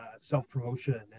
self-promotion